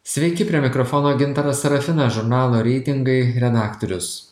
sveiki prie mikrofono gintaras serafinas žurnalo reitingai redaktorius